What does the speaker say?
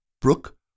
Brooke